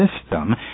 system